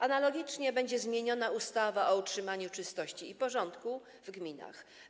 Analogicznie będzie zmieniona ustawa o utrzymaniu czystości i porządku w gminach.